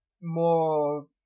more